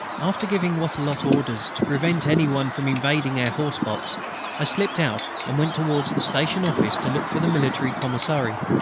after giving wattrelot orders to prevent any one from invading our horse-box i slipped out and went towards the station office to look for the military commissary.